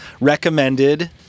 recommended